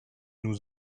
nous